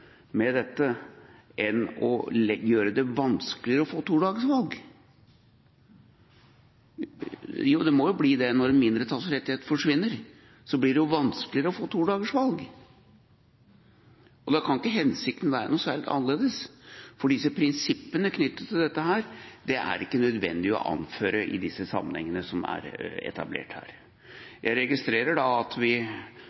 med dette enn å gjøre det vanskeligere å få todagersvalg. Det må jo bli det når en mindretallsrettighet forsvinner – da blir det vanskeligere å få todagersvalg. Da kan ikke hensikten være noen annen. For prinsippene knyttet til dette er det ikke nødvendig å anføre i de sammenhengene som er etablert her.